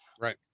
right